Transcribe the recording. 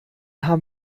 haben